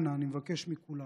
אנא, אני מבקש מכולם,